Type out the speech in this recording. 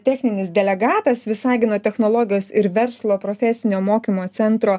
techninis delegatas visagino technologijos ir verslo profesinio mokymo centro